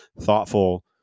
thoughtful